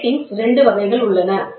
gratings 2 வகைகள் உள்ளன